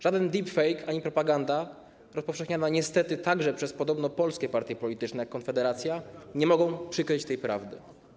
Żaden deep fake ani propaganda, rozpowszechniana niestety także przez podobno polskie partie polityczne, jak Konfederacja, nie mogą przykryć tej prawdy.